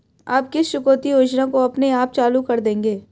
आप किस चुकौती योजना को अपने आप चालू कर देंगे?